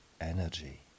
energy